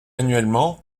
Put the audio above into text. annuellement